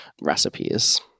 recipes